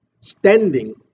Standing